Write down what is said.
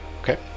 okay